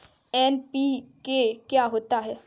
NPK क्या होता है?